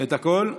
את הכול?